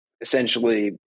essentially